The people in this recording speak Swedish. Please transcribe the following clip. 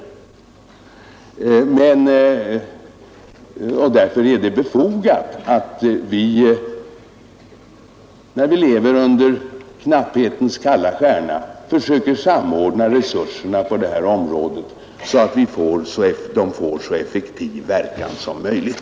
Därför är det befogat att vi, när vi lever under knapphetens kalla stjärna, försöker samordna resurserna på detta område på ett sådant sätt att de får en så effektiv verkan som möjligt.